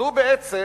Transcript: זו בעצם